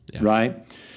right